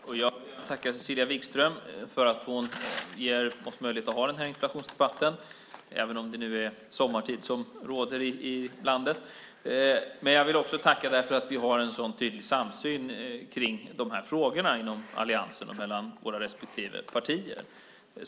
Herr talman! Jag vill tacka Cecilia Wigström för att hon gett oss möjlighet att ha den här interpellationsdebatten, även om det nu råder sommartid i landet. Jag vill också tacka därför att vi har en så tydlig samsyn i de här frågorna inom alliansen och mellan våra respektive partier.